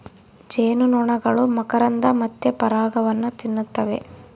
ಜೇನುನೊಣಗಳು ಮಕರಂದ ಮತ್ತೆ ಪರಾಗವನ್ನ ತಿನ್ನುತ್ತವ